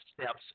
steps